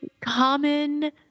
common